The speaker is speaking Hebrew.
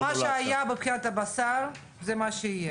זאת אומרת מה שהיה מבחינת הבשר זה מה שיהיה?